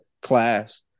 class